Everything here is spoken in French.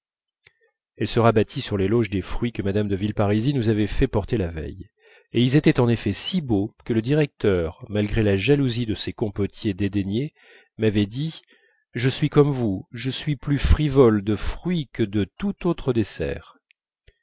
elle se rabattit sur l'éloge des fruits que mme de villeparisis nous avait fait apporter la veille et ils étaient en effet si beaux que le directeur malgré la jalousie de ses compotiers dédaignés m'avait dit je suis comme vous je suis plus frivole de fruit que de tout autre dessert